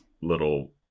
little